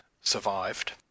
survived